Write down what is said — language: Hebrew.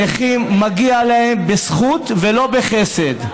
הנכים, מגיע להם בזכות ולא בחסד,